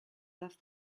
left